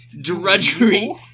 drudgery